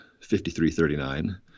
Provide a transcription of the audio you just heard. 5339